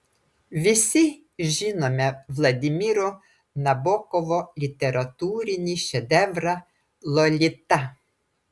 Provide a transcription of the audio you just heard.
visi žinome vladimiro nabokovo literatūrinį šedevrą lolita